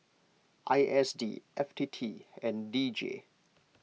I S D F T T and D J